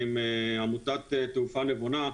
עם עמותת "תעופה נבונה",